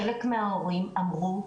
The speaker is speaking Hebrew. חלק מההורים אמרו: